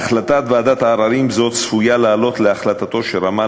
החלטת ועדת ערר זו צפויה לעלות להחלטתו של רמ"א